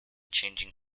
changing